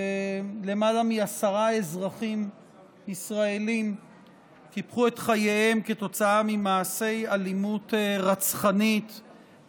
למעלה מעשרה אזרחים ישראלים קיפחו את חייהם כתוצאה ממעשי אלימות רצחנית,